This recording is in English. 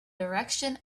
direction